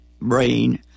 brain